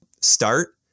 start